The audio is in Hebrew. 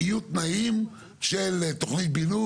זה סיפור ארוך.